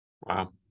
Wow